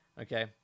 Okay